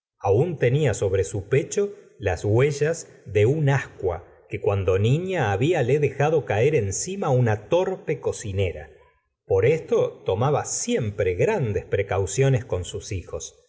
aun tenia sobre su pecho las huellas de un ascua que cuando niña habíale dejado caer encima una torpe cocinera por esto tomaba siempre grandes precauciones con sus hijos